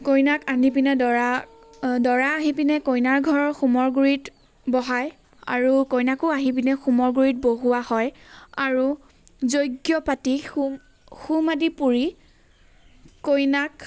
কইনাক আনি পিনে দৰা দৰা আহি পিনে কইনাৰ ঘৰৰ হোমৰ গুড়িত বহাই আৰু কইনাকো আনি পিনে হোমৰ গুড়িত বহোৱা হয় আৰু যজ্ঞ পাতি হোম হোম আদি পুৰি কইনাক